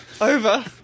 over